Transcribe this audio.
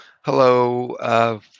hello